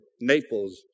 Naples